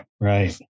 Right